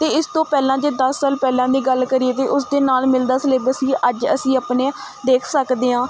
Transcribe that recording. ਅਤੇ ਇਸ ਤੋਂ ਪਹਿਲਾਂ ਜੇ ਦਸ ਸਾਲ ਪਹਿਲਾਂ ਦੀ ਗੱਲ ਕਰੀਏ ਤਾਂ ਉਸ ਦੇ ਨਾਲ਼ ਮਿਲਦਾ ਸਿਲੇਬਸ ਹੀ ਅੱਜ ਅਸੀਂ ਆਪਣੇ ਦੇਖ ਸਕਦੇ ਹਾਂ